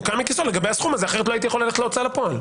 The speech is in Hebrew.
הוא קם מכיסאו לגבי הסכום הזה כי אחרת לא הייתי יכול ללכת להוצאה לפועל.